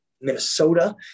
Minnesota